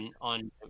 on